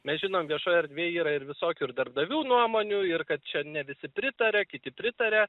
mes žinom viešoj erdvėj yra ir visokių ir darbdavių nuomonių ir kad čia ne visi pritaria kiti pritaria